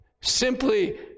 simply